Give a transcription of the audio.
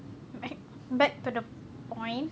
alright back to the point